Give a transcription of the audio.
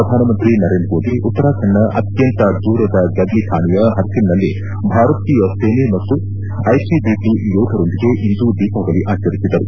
ಪ್ರಧಾನಮಂತ್ರಿ ನರೇಂದ್ರ ಮೋದಿ ಉತ್ತರಾಖಂಡ್ನ ಅತ್ಯಂತ ದೂರದ ಗಡಿ ಠಾಣೆಯ ಹರ್ಸಿಲ್ನಲ್ಲಿ ಭಾರತೀಯ ಸೇನೆ ಮತ್ತು ಐಟಿಬಿಪಿ ಯೋಧರೊಂದಿಗೆ ಇಂದು ದೀಪಾವಳಿ ಆಚರಿಸಿದರು